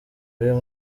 y’uyu